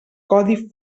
codi